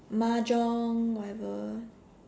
mahjong whatever